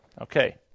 Okay